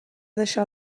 deixar